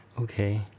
okay